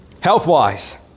health-wise